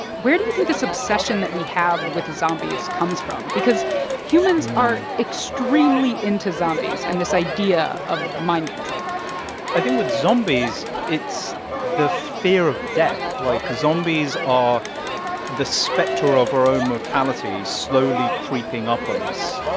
where do you think this obsession that we have with zombies comes from? because humans are extremely into zombies and this idea of mind control i think with zombies it's the fear of death. like, zombies are the specter of our own mortality slowly creeping up on us.